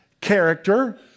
character